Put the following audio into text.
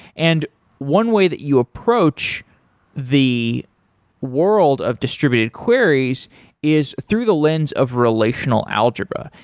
and one way that you approach the world of distributed queries is through the lens of relational algebra.